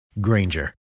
Granger